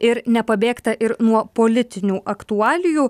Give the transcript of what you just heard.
ir nepabėgta ir nuo politinių aktualijų